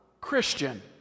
Christian